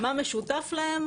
מה משותף להם?